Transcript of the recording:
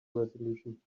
resolution